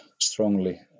strongly